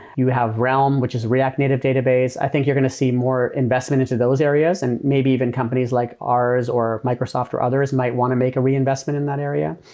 you have realm, which is react native database. i think you're going to see more investment into those areas and maybe even companies like ours or microsoft or others might want to make a reinvestment in that area.